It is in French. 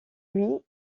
lui